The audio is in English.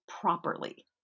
properly